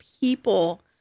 people